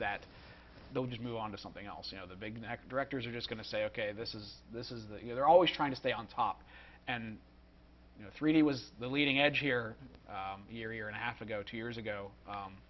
that they'll just move on to something else you know the big next directors are just going to say ok this is this is the you know they're always trying to stay on top and you know three d was the leading edge here here here and a half ago two years ago